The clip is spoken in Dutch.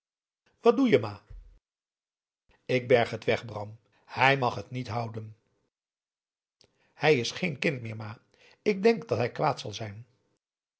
wat doe je ma ik berg het weg bram hij mag het niet houden hij is geen kind meer ma ik denk dat hij kwaad zal zijn